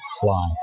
fly